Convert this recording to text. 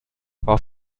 war